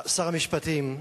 שר המשפטים,